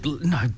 no